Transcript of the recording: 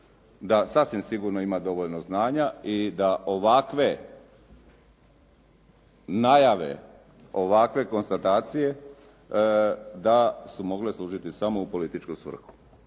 da sasvim sigurno ima dovoljno znanja i da ovakve najave, ovakve konstatacije da su mogle služiti samo u političku svrhu.